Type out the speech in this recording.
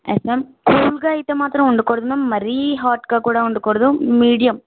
yes ma'am కూల్గా అయితే మాత్రం ఉండకూడదు మరీ హాట్గా కూడా ఉండకూడదు మీడియం